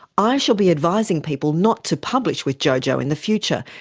i shall be advising people not to publish with jojo in the future,